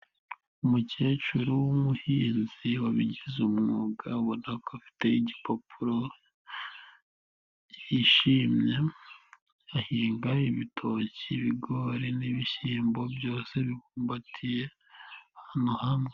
Umukecuru w'umuhinzi wabigize umwuga ubona ko afite igipapuro yishimye, ahinga, ibitoki, ibigori n'ibishyimbo byose bibumbatiye ahantu hamwe.